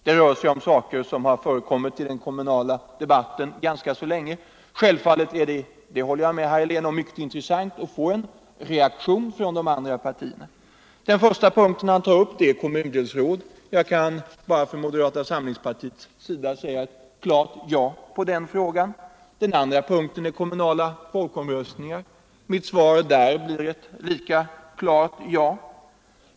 Det rör sig om saker som har förekommit i debatten ganska länge. Självfallet är det emellertid — det håller jag med herr Helén om — intressant att få en reaktion från de andra partierna. Den första punkt som herr Helén tog upp gäller kommundelsråd. Jag kan bara från moderata samlingspartiets sida säga ett klart ja på den frågan. Herr Heléns punkt 2 är kommunala folkomröstningar. Mitt svar blir här ett lika klart ja.